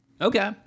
Okay